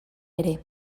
ere